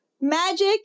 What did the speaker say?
magic